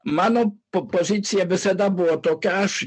mano pozicija visada buvo tokia aš